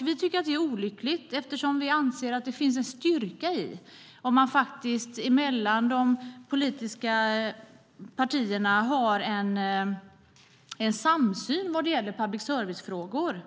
Vi tycker det är olyckligt, eftersom vi anser att det finns en styrka i att man mellan de politiska partierna har en samsyn i public service-frågor.